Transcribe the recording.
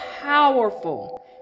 powerful